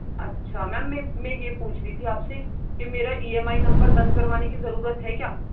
اچھا میم میں میں یہ پوچھ رہی تھی آپ سے کہ میرا ای ایم آئی نمبر بند کروانے کی ضرورت ہے کیا